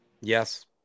Yes